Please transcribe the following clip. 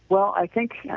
well, i think yeah